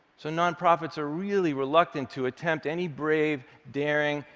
so nonprofits are really reluctant to attempt any brave, daring,